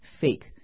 fake